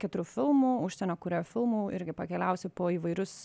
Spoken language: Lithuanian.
keturių filmų užsienio kūrėjų filmų irgi pakeliavusių po įvairius